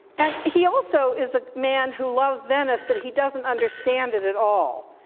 and he also is a man who loves venice but he doesn't understand it at all.